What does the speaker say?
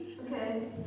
Okay